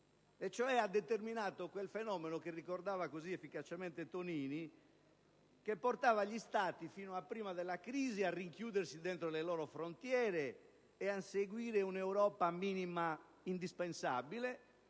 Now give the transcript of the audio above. determinando quel fenomeno che ricordava così efficacemente il collega Tonini che portava gli Stati fino a prima della crisi a rinchiudersi nelle proprie frontiere e ad inseguire l'Europa minima indispensabile